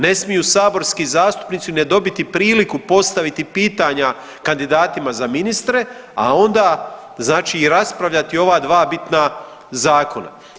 Ne smiju saborski zastupnici ne dobiti priliku postaviti pitanja kandidatima za ministre, a onda znači raspravljati ova dva bitna zakona.